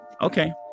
Okay